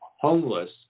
homeless